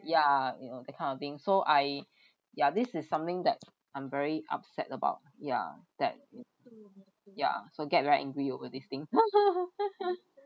ya you know that kind of thing so I ya this is something that I'm very upset about yeah that yeah so I get very angry over this thing